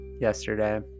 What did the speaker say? yesterday